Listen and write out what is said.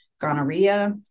gonorrhea